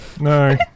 No